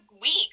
week